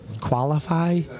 qualify